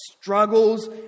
struggles